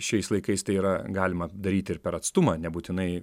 šiais laikais tai yra galima daryti ir per atstumą nebūtinai